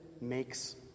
makes